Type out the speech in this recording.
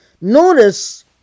Notice